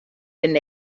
been